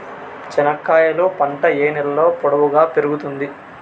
చెనక్కాయలు పంట ఏ నేలలో పొడువుగా పెరుగుతుంది?